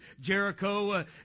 Jericho